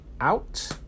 out